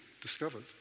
discovered